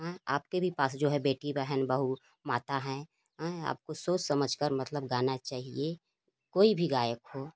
हैं आपके भी पास जो है बेटी बहन बहू माता है हैं आपको सोच समझ कर मतलब गाना चाहिए कोई भी गायक हो